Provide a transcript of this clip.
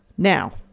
Now